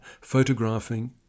photographing